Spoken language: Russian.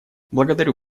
благодарю